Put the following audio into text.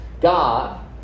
God